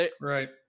Right